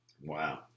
Wow